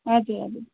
हजुर हजुर